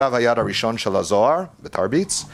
כתב היד הראשון של הזוהר, בתרביץ